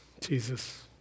Jesus